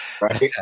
Right